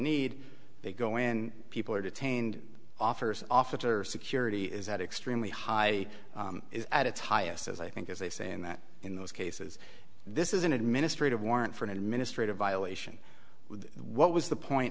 need to go in people are detained offers officer security is at extremely high is at its highest as i think is a saying that in those cases this is an administrative warrant for an administrative violation what was the point